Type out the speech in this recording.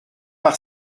par